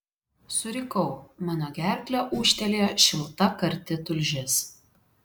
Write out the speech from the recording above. surikau mano gerkle ūžtelėjo šilta karti tulžis